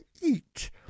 eat